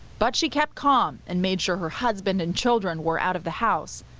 but she kept calm and made sure her husband and children were out of the house.